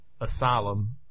Asylum